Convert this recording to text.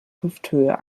hüfthöhe